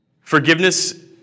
forgiveness